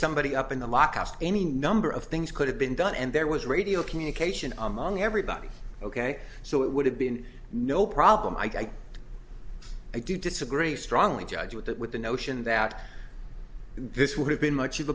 somebody up in the lock ask any number of things could have been done and there was radio communication among everybody ok so it would have been no problem i guess i do disagree strongly judge with that with the notion that this would have been much of